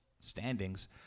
standings